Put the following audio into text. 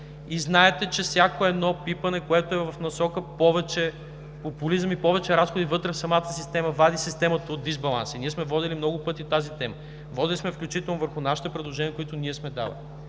Знаете, че всяко едно пипане, което е в насока повече популизъм и повече разходи вътре в самата система, вади системата от дисбаланс. Водили сме разговори много пъти по тази тема, включително върху предложения, които ние сме давали.